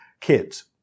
kids